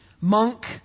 monk